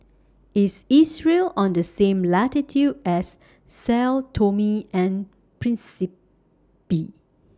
IS Israel on The same latitude as Sao Tome and Principe